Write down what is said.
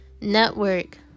network